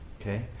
Okay